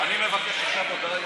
נגד אורן